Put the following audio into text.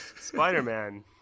Spider-Man